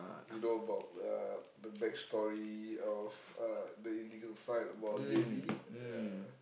we know about uh the back story of uh the illegal side about J_B ya